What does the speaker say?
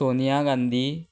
Sonia Gandhi